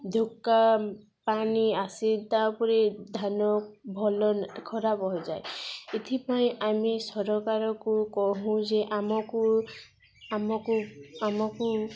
ଢକା ପାଣି ଆସି ତା' ଉପରେ ଧାନ ଭଲ ଖରାପ ହୋଇଯାଏ ଏଥିପାଇଁ ଆମେ ସରକାରକୁ କହୁୁ ଯେ ଆମକୁ ଆମକୁ ଆମକୁ